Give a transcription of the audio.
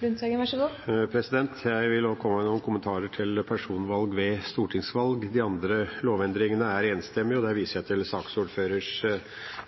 Jeg vil også komme med noen kommentarer til personvalg ved stortingsvalg. De andre lovendringene er enstemmige, og der viser jeg til saksordførerens